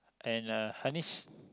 and uh Harnish